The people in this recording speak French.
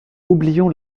oublions